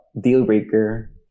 deal-breaker